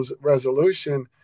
resolution